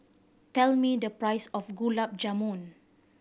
tell me the price of Gulab Jamun